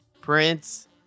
Prince